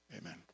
Amen